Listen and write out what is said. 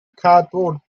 cardboard